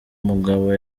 mugabo